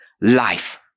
life